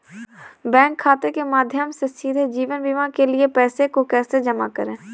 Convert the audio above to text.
Bank खाते के माध्यम से सीधे जीवन बीमा के लिए पैसे को कैसे जमा करें?